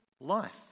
life